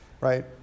Right